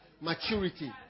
maturity